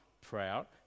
proud